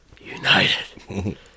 United